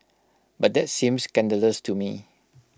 but that seems scandalous to me